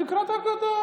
תקרא את הדיווחים,